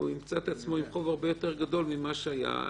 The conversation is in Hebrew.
הוא ימצא את עצמו עם חוב הרבה יותר גדול ממה שהיה.